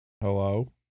Hello